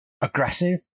aggressive